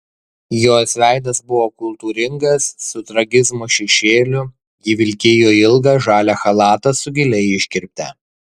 jos veidas buvo kultūringas su tragizmo šešėliu ji vilkėjo ilgą žalią chalatą su gilia iškirpte